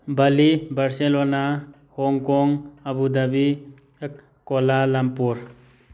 Bali Barcelona Hong Kong Abu Dhabi Kuala Lumpur